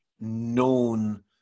known